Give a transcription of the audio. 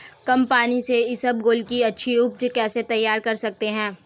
कम पानी से इसबगोल की अच्छी ऊपज कैसे तैयार कर सकते हैं?